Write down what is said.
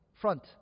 front